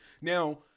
Now